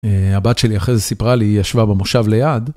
הבת שלי אחרי זה סיפרה לי, היא ישבה במושב ליד.